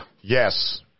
yes